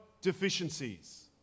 deficiencies